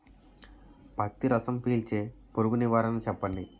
పత్తి రసం పీల్చే పురుగు నివారణ చెప్పండి?